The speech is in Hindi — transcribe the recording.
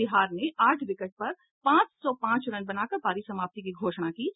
बिहार ने आठ विकेट पर पांच सौ पांच रन बनाकर पारी समाप्ति की घोषणा कर दी